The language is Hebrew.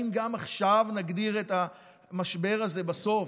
האם גם עכשיו נגדיר את המשבר הזה בסוף,